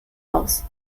aus